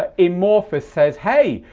ah emorpheus says hey,